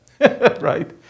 right